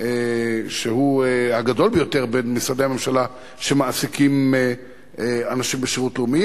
שהוא הגדול ביותר בין משרדי הממשלה שמעסיקים אנשים בשירות לאומי,